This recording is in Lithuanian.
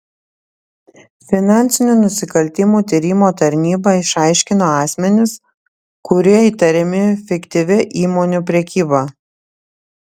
finansinių nusikaltimų tyrimo tarnyba išaiškino asmenis kurie įtariami fiktyvia įmonių prekyba